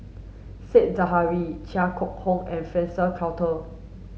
Said Zahari Chia Keng Hock and Frank Cloutier